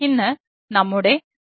ഇന്ന് നമ്മുടെ ആദ്യത്തെ പ്രഭാഷണം ആണ്